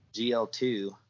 gl2